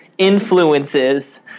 influences